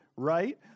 right